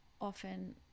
often